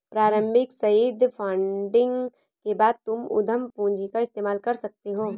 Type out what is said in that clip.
प्रारम्भिक seed funding के बाद तुम उद्यम पूंजी का इस्तेमाल कर सकते हो